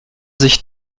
sich